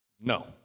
No